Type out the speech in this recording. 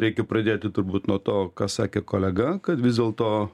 reikia pradėti turbūt nuo to ką sakė kolega kad vis dėlto